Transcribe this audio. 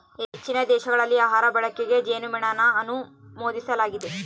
ಹೆಚ್ಚಿನ ದೇಶಗಳಲ್ಲಿ ಆಹಾರ ಬಳಕೆಗೆ ಜೇನುಮೇಣನ ಅನುಮೋದಿಸಲಾಗಿದೆ